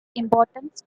importance